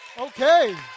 Okay